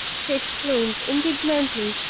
she exclaimed, indignantly,